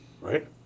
Right